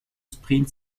sprint